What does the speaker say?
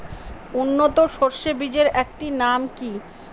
উন্নত সরষে বীজের একটি নাম কি?